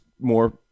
more